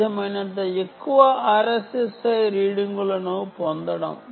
సాధ్యమైనంత ఎక్కువ RSSI రీడింగులను పొందడం